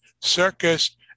circus